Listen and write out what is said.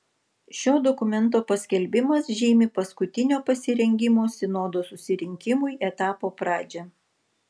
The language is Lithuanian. šio dokumento paskelbimas žymi paskutinio pasirengimo sinodo susirinkimui etapo pradžią